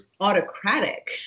autocratic